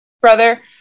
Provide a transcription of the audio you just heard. brother